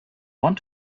want